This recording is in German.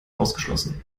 ausgeschlossen